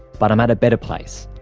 but i'm at a better place.